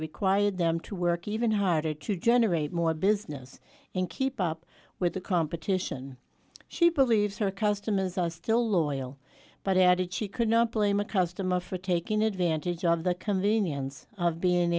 required them to work even harder to generate more business and keep up with the competition she believes her customers are still loyal but added she could not blame a customer for taking advantage of the convenience of being